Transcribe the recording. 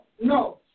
No